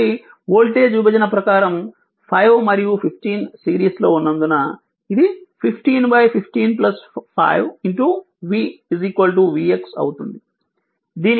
కాబట్టి వోల్టేజ్ విభజన ప్రకారం 5 మరియు 15 సిరీస్లో ఉన్నందున ఇది 1515 5 v vx అవుతుంది